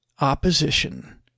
opposition